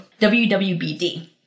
WWBD